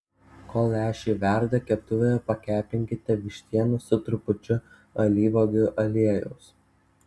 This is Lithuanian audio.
kol lęšiai verda keptuvėje pakepinkite vištieną su trupučiu alyvuogių aliejaus